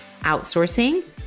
outsourcing